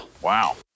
wow